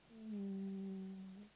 um